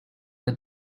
than